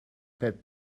peth